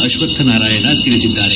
ಅಶ್ವತ್ಡನಾರಾಯಣ ತಿಳಿಸಿದ್ದಾರೆ